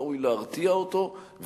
ראוי להרתיע אותו,